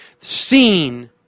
seen